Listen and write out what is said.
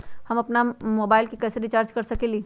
हम अपन मोबाइल कैसे रिचार्ज कर सकेली?